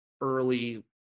early